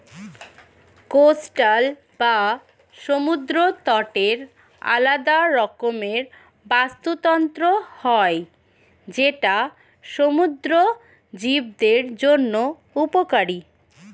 coastal বা সমুদ্র তটের আলাদা রকমের বাস্তুতন্ত্র হয় যেটা সমুদ্র জীবদের জন্য উপকারী